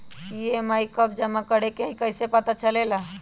EMI कव जमा करेके हई कैसे पता चलेला?